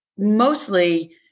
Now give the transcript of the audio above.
Mostly